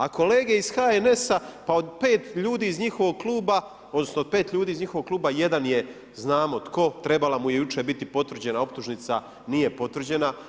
A kolege iz HNS-a, pa od 5 ljudi iz njihovog kluba, odnosno od 5 ljudi iz njihovog kluba, jedan je, znamo tko, trebala mu je jučer biti potvrđena optužnica, nije potvrđena.